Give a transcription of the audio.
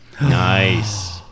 Nice